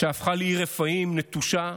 שהפכה לעיר רפאים נטושה,